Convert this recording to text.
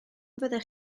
fyddech